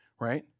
right